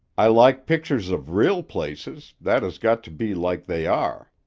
i like pictures of real places, that has got to be like they are